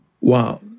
wow